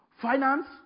Finance